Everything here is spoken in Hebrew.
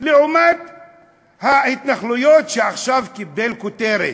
לעומת ההתנחלויות, שעכשיו קיבל כותרת.